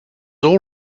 all